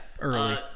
early